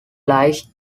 lies